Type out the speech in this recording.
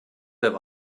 have